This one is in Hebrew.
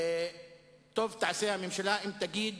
טוב תעשה הממשלה אם תגיד